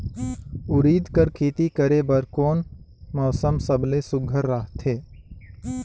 उरीद कर खेती करे बर कोन मौसम सबले सुघ्घर रहथे?